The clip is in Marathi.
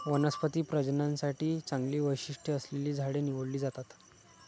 वनस्पती प्रजननासाठी चांगली वैशिष्ट्ये असलेली झाडे निवडली जातात